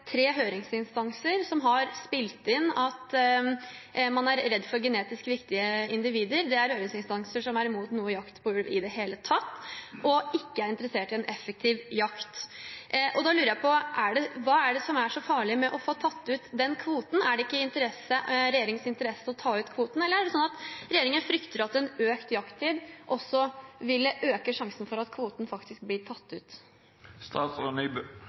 er redd for genetisk viktige individer. Det er høringsinstanser som er imot noe jakt på ulv i det hele tatt, og som ikke er interessert i en effektiv jakt. Da lurer jeg på: Hva er det som er så farlig med å få tatt ut den kvoten? Er det ikke i regjeringens interesse å ta ut kvoten, eller er det sånn at regjeringen frykter at en økt jakttid også ville øke sjansen for at kvoten faktisk blir tatt